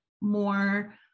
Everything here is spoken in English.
more